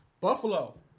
Buffalo